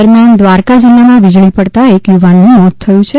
દરમ્યાન દ્વારકા જિલ્લામાં વીજળી પડતા એક યુવાનનું મોત થયું છે